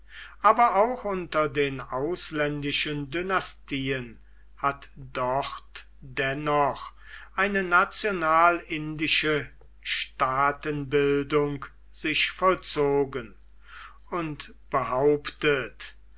aber auch unter den ausländischen dynastien hat dort dennoch eine national indische staatenbildung sich vollzogen und behauptet